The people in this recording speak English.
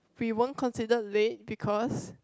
we won't consider late because